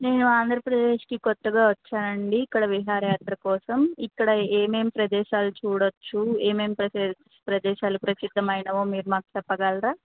నేను ఆంధ్రప్రదేశ్కి కొత్తగా వచ్చానండి ఇక్కడ విహార యాత్ర కోసం ఇక్కడ ఏమేమి ప్రదేశాలు చూడవచ్చు ఏమేమి ప్రదే ప్రదేశాలు ప్రసిద్దమైనవి మీరు మాకు చెప్పగలరా